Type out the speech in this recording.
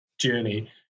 journey